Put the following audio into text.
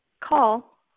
call